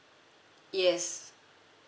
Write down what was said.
yes